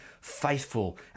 faithful